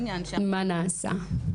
מה נעשה?